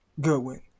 Goodwin